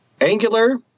Angular